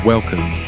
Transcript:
Welcome